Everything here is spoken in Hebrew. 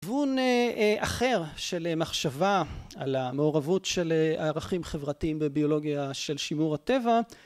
כיוון אחר של מחשבה על המעורבות של ערכים חברתיים בביולוגיה של שימור הטבע